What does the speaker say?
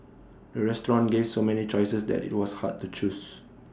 the restaurant gave so many choices that IT was hard to choose